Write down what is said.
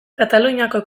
kataluniako